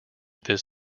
this